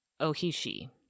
Ohishi